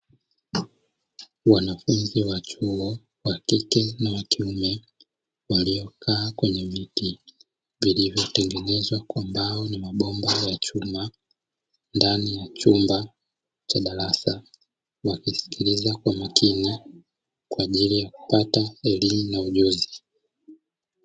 Wanafunzi wa chuo wa kike na wa kiume, waliokaa kwenye viti vilivyotengezwa kwa mbao na mabomba ya chuma; ndani ya chumba cha darasa, wakisikiliza kwa makini kwa ajili ya kupata elimu na ujuzi.